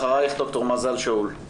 אחריך, ד"ר מזל שאול.